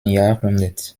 jahrhundert